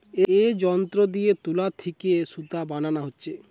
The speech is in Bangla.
এ যন্ত্র দিয়ে তুলা থিকে সুতা বানানা হচ্ছে